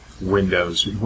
Windows